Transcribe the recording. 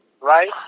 right